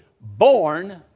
born